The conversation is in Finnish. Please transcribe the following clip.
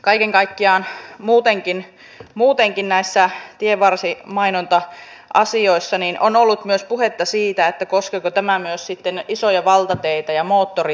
kaiken kaikkiaan muutenkin näissä tienvarsimainonta asioissa on ollut myös puhetta siitä koskeeko tämä myös sitten isoja valtateitä ja moottoriteitä